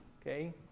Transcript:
okay